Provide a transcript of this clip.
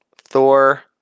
Thor